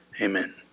Amen